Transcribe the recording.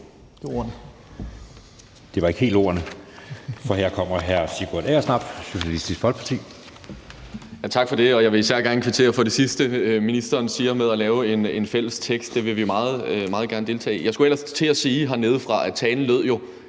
Det var ikke helt ordene. For her kommer hr. Sigurd Agersnap, Socialistisk Folkeparti. Kl. 11:44 Sigurd Agersnap (SF): Tak for det. Jeg vil især gerne kvittere for det sidste, ministeren siger, med at lave en fælles tekst. Det vil vi meget gerne deltage i. Jeg skulle ellers til at sige hernedefra, af talen jo